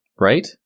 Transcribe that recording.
Right